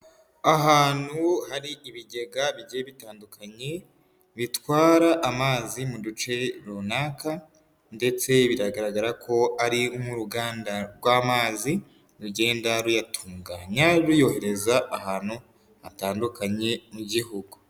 Ahantu hari ibigega bigiye bitandukanye, bitwara amazi mu duce runaka, ndetse biragaragara ko ari nk'uruganda rw'amazi rugenda ruyatunganya, ruyohereza ahantu hatandukanye mu gihugu.